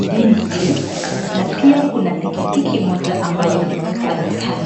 NUDITY, na pia kuna pikipiki moja ambayo iko pale kando.